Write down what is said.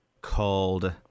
called